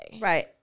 right